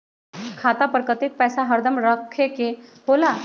खाता पर कतेक पैसा हरदम रखखे के होला?